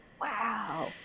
Wow